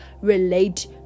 relate